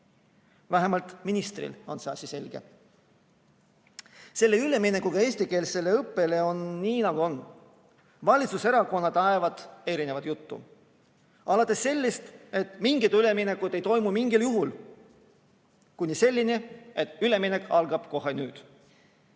Vähemalt ministrile on see asi selge. Üleminekuga eestikeelsele õppele on nii, nagu on. Valitsuserakonnad ajavad erinevat juttu, alates sellest, et mingit üleminekut ei toimu mingil juhul, kuni selleni, et üleminek algab kohe nüüd.